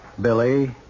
Billy